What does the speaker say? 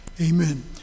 Amen